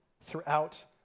throughout